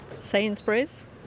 Sainsbury's